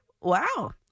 Wow